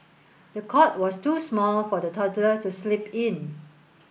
the cot was too small for the toddler to sleep in